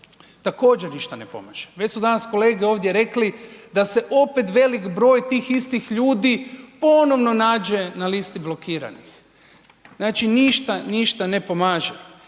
također ništa ne pomaže. Već su danas kolege ovdje rekli da se opet velik broj tih istih ljudi ponovno nađe na listi blokiranih, znači ništa, ništa ne pomaže.